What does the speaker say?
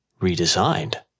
redesigned